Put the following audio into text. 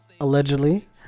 allegedly